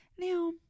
Now